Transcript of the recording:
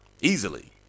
Easily